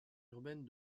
urbaine